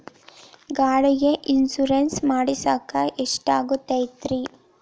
ಗಾಡಿಗೆ ಇನ್ಶೂರೆನ್ಸ್ ಮಾಡಸಾಕ ಎಷ್ಟಾಗತೈತ್ರಿ?